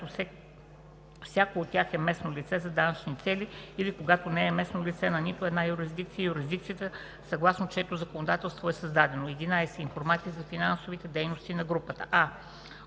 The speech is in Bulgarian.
която всяко от тях е местно лице за данъчни цели, или, когато не е местно лице на нито една юрисдикция, юрисдикцията, съгласно чието законодателство е създадено; 11. информация за финансовите дейности на групата: